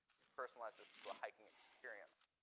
personalize this to a hiking experience.